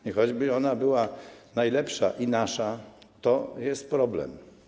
I choćby ona była najlepsza i nasza, to jest problem.